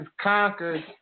conquered